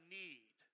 need